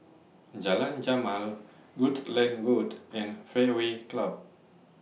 Jalan Jamal Rutland Road and Fairway Club